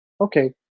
Okay